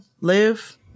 live